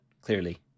clearly